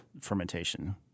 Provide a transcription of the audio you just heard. fermentation